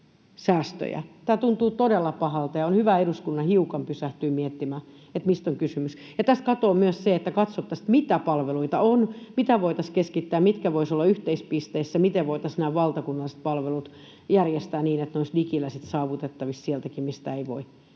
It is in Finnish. Tämä tuntuu todella pahalta, ja on hyvä eduskunnan hiukan pysähtyä miettimään, mistä on kysymys. Tästä katoaa myös se, että katsottaisiin, mitä palveluita on, mitä voitaisiin keskittää, mitkä voisivat olla yhteispisteissä, miten voitaisiin nämä valtakunnalliset palvelut järjestää, niin että ne olisivat digillä sitten saavutettavissa sieltäkin, mistä ei voi.